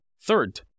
Third